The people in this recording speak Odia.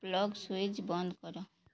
ପ୍ଲଗ୍ ସୁଇଚ୍ ବନ୍ଦ କର